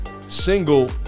single